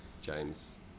James